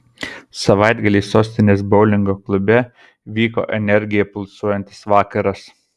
savaitgalį sostinės boulingo klube vyko energija pulsuojantis vakaras